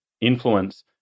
influence